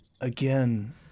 Again